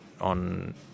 on